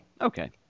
Okay